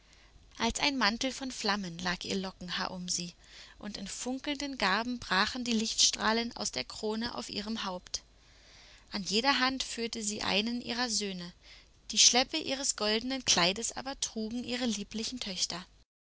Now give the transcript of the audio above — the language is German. als ein mantel von flammen lag ihr lockenhaar um sie und in funkelnden garben brachen die lichtstrahlen aus der krone auf ihrem haupt an jeder hand führte sie einen ihrer söhne die schleppe ihres goldenen kleides aber trugen ihre lieblichen töchter